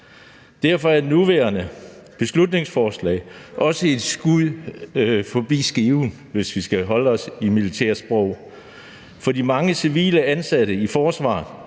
Derfor er det nærværende beslutningsforslag et skud forbi skiven, hvis vi skal holde os i et militært sprogbrug. Det står de mange civile ansatte i forsvaret,